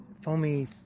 foamy